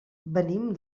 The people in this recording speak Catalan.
venim